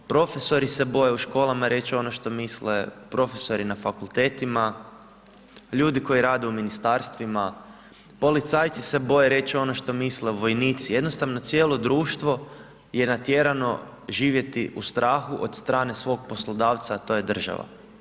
Profesori se boje u školama reći ono što misle, profesori na fakultetima, ljudi koji rade u Ministarstvima, policajci se boje reći ono što misle, vojnici, jednostavno cijelo društvo je natjerano živjeti u strahu od strane svog poslodavca, a to je država.